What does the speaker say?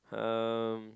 um